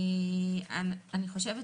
לדעתי,